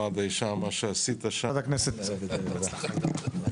אני בטוח שגם פה תביא את אותם שיאים ואת אותו המרץ וגם